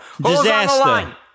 Disaster